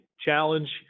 challenge